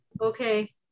okay